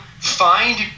find